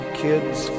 kids